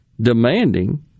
demanding